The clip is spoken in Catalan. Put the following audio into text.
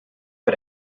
per